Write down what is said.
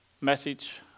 message